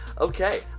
Okay